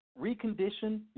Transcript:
recondition